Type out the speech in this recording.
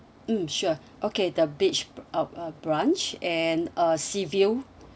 mm sure okay the beach uh branch and uh sea view